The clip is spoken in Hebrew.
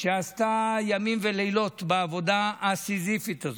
שעשתה ימים ולילות בעבודה הסיזיפית הזאת.